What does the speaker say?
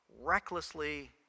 recklessly